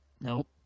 Nope